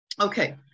Okay